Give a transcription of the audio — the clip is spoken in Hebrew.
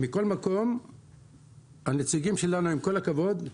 מכל מקום הנציגים שלנו, עם כל הכבוד,